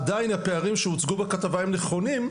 עדיין הפערים שהוצגו בכתבה הם נכונים,